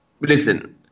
listen